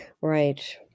Right